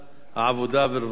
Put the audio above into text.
הרווחה והבריאות.